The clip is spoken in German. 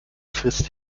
frisst